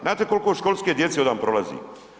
Znate kolko školske djece ovdan prolazi?